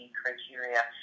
criteria